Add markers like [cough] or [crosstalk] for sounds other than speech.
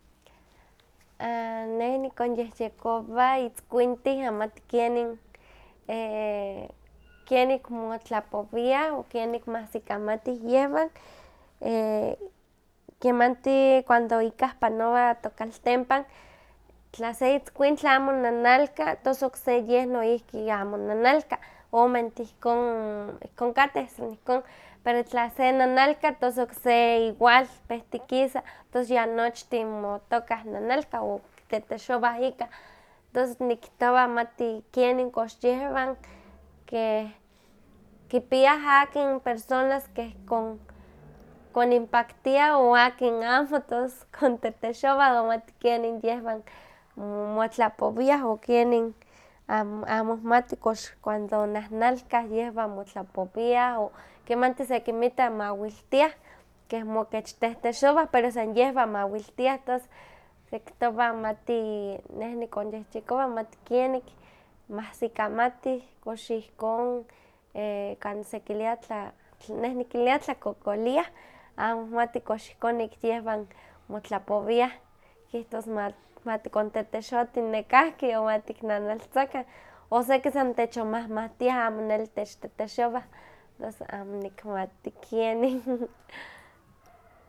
Ah, neh nikonyehyekowa itzkuintih amati kenin e- kenik motlapowiah o kenik moahsikamatih yehwan, e- kemanti cuando ikah panowa tokaltempan tla se itzkuintli amo nanalka tos okse yeh noihki yeh amo nanalka, omentih ihkon kateh san ihkon, pero tla se nanalka tos okse igual pehtikisa, tos ya nochtin motokah nanalkah, o kitetexowah ikah, tos nikihtowa mati kenin kox yehwan kipiah akin personas keh kon- koninpaktia o akin amo tos kontetexowah, o amati kenin yehwan mottlapowiah o mati kenin, amo nihmati kox cuando nahnalkah yehwan motlapowiah o kemanti sekinmita mawiltiah, keh mokechtehtexowah pero san yehwan mawiltiah, tos sekihtowa amati neh nikonyehyekowa amati kenik mahsikamatih kox ihkon e- kan sekilia, neh nikilia tlakokoliah, amo nihmati kox ihkon ik yehwan motlapowiah, kihtos ma tikontetexotih nekahki, o matiknanaltzakan o seki san techin mahmahtiah amo neli techtetexowah, noso amo nikmati kieni [laug].